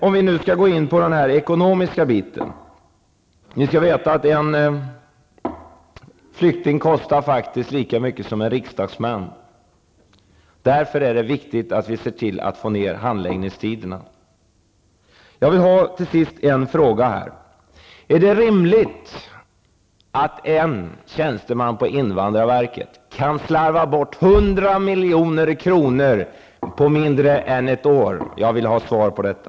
Om vi nu skall gå in på den ekonomiska delen skall ni veta att en flykting faktiskt kostar lika mycket som en riksdagsman. Därför är det viktigt att vi ser till att få ner handläggningstiderna. milj.kr. på mindre än ett år? Jag vill ha svar på detta.